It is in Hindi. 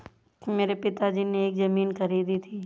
मेरे पिताजी ने एक जमीन खरीदी थी